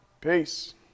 peace